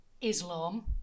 Islam